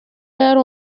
yari